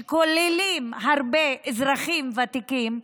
כולל הרבה אזרחים ותיקים,